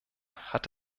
hat